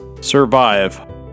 survive